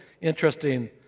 interesting